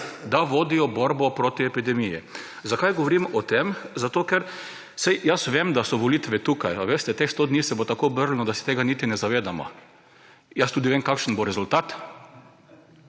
da vodijo borbo proti epidemiji. Zakaj govorim o tem? Zato ker, saj vem, da so volitve tukaj, a veste, teh sto dni se bo tako obrnilo, da se tega niti ne zavedamo. Jaz tudi vem, kakšen bo rezultat.